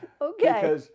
Okay